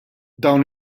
dawn